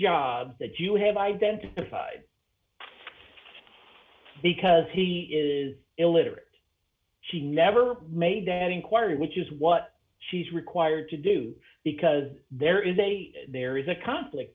jobs that you have identified because he is illiterate she never made that inquiry which is what she's required to do because there is a there is a conflict